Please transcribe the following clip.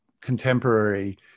Contemporary